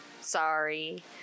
Sorry